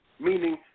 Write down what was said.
meaning